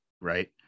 right